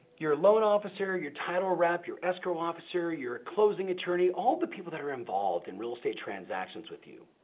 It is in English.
your loan officer, your title rep, your escrow officer, your closing attorney, all the people that are involved in real estate transactions with you.